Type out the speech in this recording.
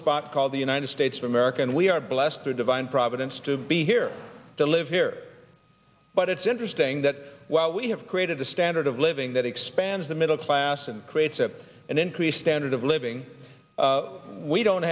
spot called the united states of america and we are blessed to divine providence to be here to live here but it's interesting that while we have created the standard of living that expands the middle class and creates a an increased standard of living we don't